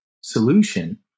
solution